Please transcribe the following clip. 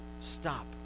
Stop